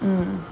mm